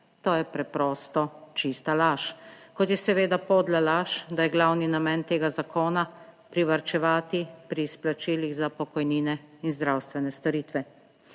To je preprosto čista laž, kot je seveda podla laž, da je glavni namen tega zakona privarčevati pri izplačilih za pokojnine in zdravstvene storitve.